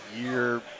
year